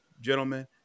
Gentlemen